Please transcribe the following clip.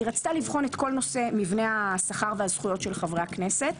היא רצתה לבחון את כול נושא מבנה השכר והזכויות של חברי הכנסת,